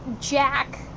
Jack